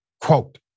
Quote